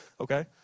okay